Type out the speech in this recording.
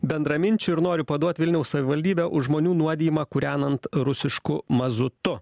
bendraminčių ir noriu paduot vilniaus savivaldybę už žmonių nuodijimą kūrenant rusišku mazutu